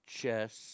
Chess